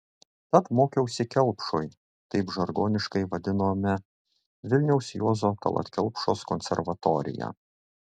tad mokiausi kelpšoj taip žargoniškai vadinome vilniaus juozo tallat kelpšos konservatoriją